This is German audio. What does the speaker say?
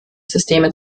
systeme